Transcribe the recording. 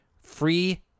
free